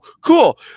cool